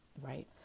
right